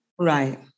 Right